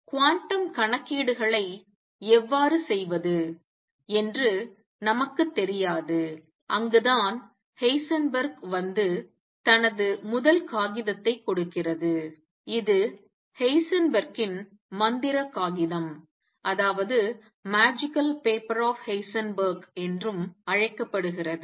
quantum கணக்கீடுகளை எவ்வாறு செய்வது என்று நமக்குத் தெரியாது அங்குதான் ஹெய்சன்பெர்க் வந்து தனது முதல் காகிதத்தை கொடுக்கிறது இது ஹெய்சன்பெர்க்கின் மந்திர காகிதம் என்றும் அழைக்கப்படுகிறது